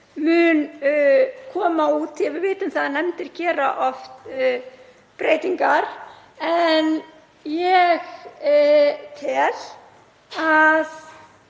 mun koma út þegar við vitum það að nefndir gera oft breytingar. En ég tel að